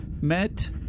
Met